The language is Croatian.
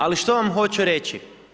Ali što vam hoću reći?